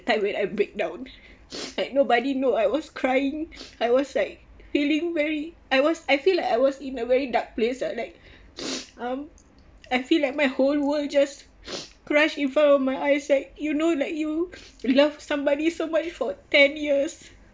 time when I breakdowns like nobody know I was crying I was like feeling very I was I feel like I was in a very dark place lah like um I feel like my whole world just crash in front of my eyes like you know like you love somebody so much for ten years